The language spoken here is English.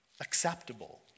acceptable